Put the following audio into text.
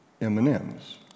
M&M's